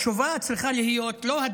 התשובה לא צריכה להיות הדחה,